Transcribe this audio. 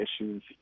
issues